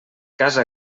casa